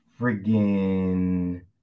friggin